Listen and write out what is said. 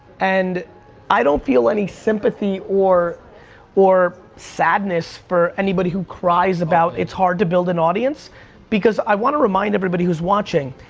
and i don't feel any sympathy or or sadness for anybody who cries about it's hard to build an audience because i wanna remind everybody who's watching.